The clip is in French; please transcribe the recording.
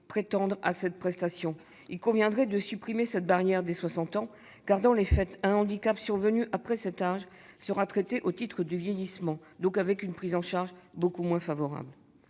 prétendre à cette prestation. Il conviendrait de supprimer la barrière des 60 ans : dans les faits, un handicap survenu après cet âge sera traité au titre du vieillissement, donc avec une prise en charge beaucoup moins favorable.